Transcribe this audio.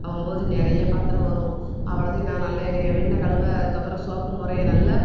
அவ்வம்போது நிறைய பாத்திரம் வரும் அவ்வளோத்தையும் நான் நல்ல என்னையை வின்ன கழுவ அதற்கப்பறம் சோப்பு நிறைய நல்ல